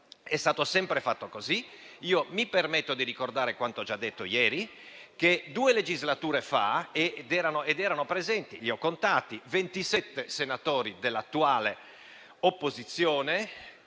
È stato sempre fatto così. Mi permetto di ricordare quanto ho già detto ieri. Due legislature fa, quando erano presenti ventisette senatori dell'attuale opposizione